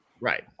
right